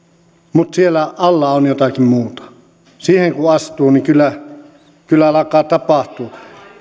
mutta siellä alla on jotakin muuta siihen kun astuu niin kyllä kyllä alkaa tapahtua